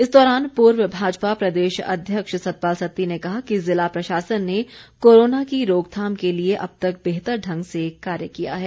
इस दौरान पूर्व भाजपा प्रदेश अध्यक्ष सतपाल सत्ती ने कहा कि ज़िला प्रशासन ने कोरोना की रोकथाम के लिए अब तक बेहतर ढंग से कार्य किया है